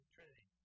Trinity